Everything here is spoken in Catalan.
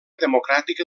democràtica